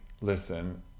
Listen